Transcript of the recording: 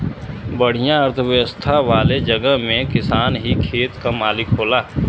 बढ़िया अर्थव्यवस्था वाले जगह में किसान ही खेत क मालिक होला